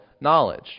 knowledge